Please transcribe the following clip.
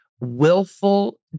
willful